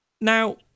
Now